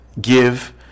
give